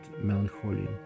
melancholy